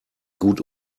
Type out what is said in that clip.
gut